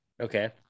okay